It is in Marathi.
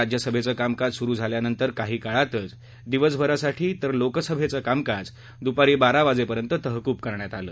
राज्यसभेच कामकाज सुरु झाल्यानंतर काही काळातच दिवसभरासाठी तर लोकसभेचं कामकाज दुपारी बारा वाजेपर्यंत तहकूब करण्यात आलं